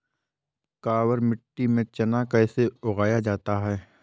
काबर मिट्टी में चना कैसे उगाया जाता है?